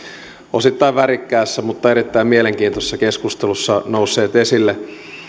osittain värikkäässä mutta erittäin mielenkiintoisessa keskustelussa nousseet esille